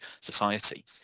society